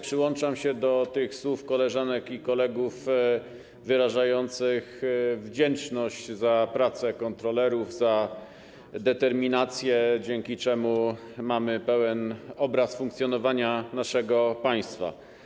Przyłączam się do tych słów koleżanek i kolegów wyrażających wdzięczność za pracę kontrolerów, za determinację, dzięki czemu mamy pełen obraz funkcjonowania naszego państwa.